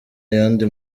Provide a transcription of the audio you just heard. yandi